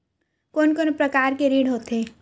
कोन कोन प्रकार के ऋण होथे?